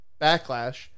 backlash